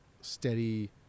steady